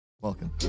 Welcome